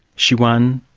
she won.